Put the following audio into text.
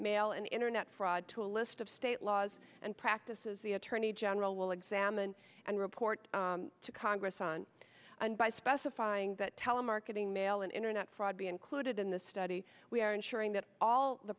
mail and internet fraud to a list of state laws and practices the attorney general will examine and report to congress on and by specifying that telemarketing mail and internet fraud be included in this study we are ensuring that all the